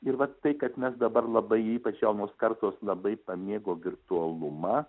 ir vat tai kad mes dabar labai ypač jaunos kartos labai pamėgo virtualumą